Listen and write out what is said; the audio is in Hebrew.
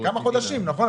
כמה חודשים, נכון?